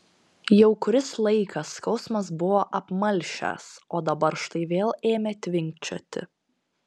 jau kuris laikas skausmas buvo apmalšęs o dabar štai vėl ėmė tvinkčioti